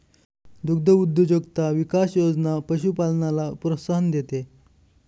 दुग्धउद्योजकता विकास योजना पशुपालनाला प्रोत्साहन देते